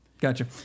gotcha